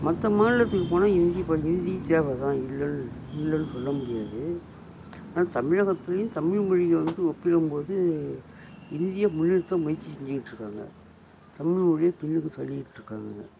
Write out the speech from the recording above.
மற்ற மாநிலத்துக்கு போனால் ஹிந்தி ஹிந்தி தேவைதான் இல்லைனு இல்லைனு சொல்ல முடியாது ஆனால் தமிழகத்துலேயும் தமிழ் மொழியை வந்துட்டு ஒப்பிடும்போது ஹிந்தியை முன்நிறுத்த முயற்சி செஞ்சுட்டு இருக்காங்க தமிழ் மொழியை பின்னுக்கு தள்ளிக்கிட்டு இருக்காங்க